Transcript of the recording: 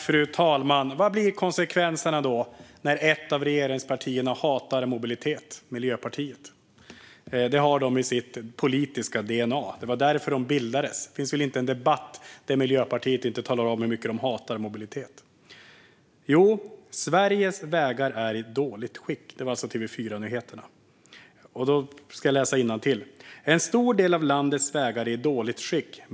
Fru talman! Vad blir konsekvenserna när ett av regeringspartierna, Miljöpartiet, hatar mobilitet? Det har de i sitt politiska dna. Det var därför de bildades. Det finns väl inte en debatt där Miljöpartiet inte talar om hur mycket de hatar mobilitet. Jo, Sveriges vägar är i dåligt skick. Detta kommer alltså från TV4-nyheterna . Då ska jag läsa innantill: En stor del av landets vägar är i dåligt skick.